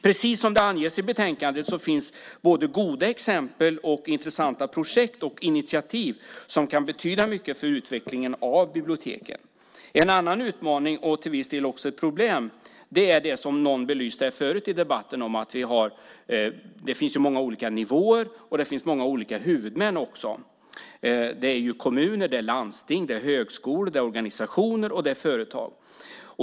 Precis som det anges i betänkandet finns det både goda exempel och intressanta projekt och initiativ som kan betyda mycket för utvecklingen av biblioteken. En annan utmaning och till viss del också ett problem är det som någon belyste tidigare i debatten, nämligen att det finns många olika nivåer och många olika huvudmän - kommuner, landsting, högskolor, organisationer och företag.